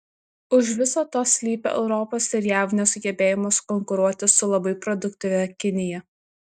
už viso to slypi europos ir jav nesugebėjimas konkuruoti su labai produktyvia kinija